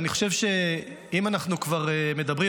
אני חושב שאם אנחנו כבר מדברים,